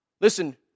Listen